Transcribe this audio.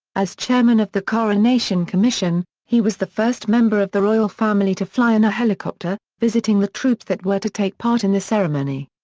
as chairman of the coronation commission, he was the first member of the royal family to fly in a helicopter, visiting the troops that were to take part in the ceremony.